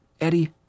Eddie